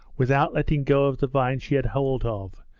without letting go of the vine she had hold of,